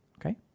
Okay